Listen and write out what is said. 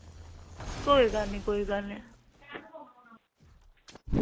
कोई गल्ल नी कोई गल्ल नी